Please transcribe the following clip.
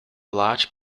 large